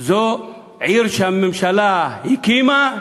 זו עיר שהממשלה הקימה,